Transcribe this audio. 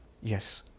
Yes